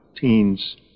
teens